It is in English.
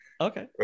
Okay